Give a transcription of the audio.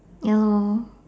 ya lor